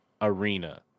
Arena